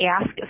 ask